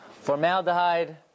formaldehyde